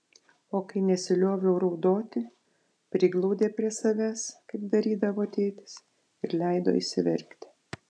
o kai nesilioviau raudoti priglaudė prie savęs kaip darydavo tėtis ir leido išsiverkti